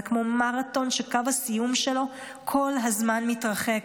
זה כמו מרתון שקו הסיום שלו כל הזמן מתרחק.